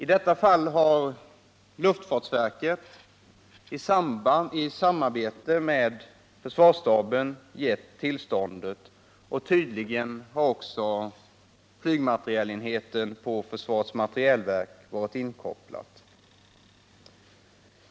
I detta fall har luftfartsverket i samarbete med försvarsstaben givit tillståndet. Tydligen har också flygmaterielenheten på försvarets materielverk varit inkopplad.